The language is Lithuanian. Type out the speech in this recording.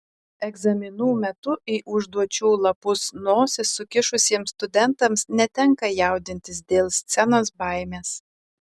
egzaminų metu į užduočių lapus nosis sukišusiems studentams netenka jaudintis dėl scenos baimės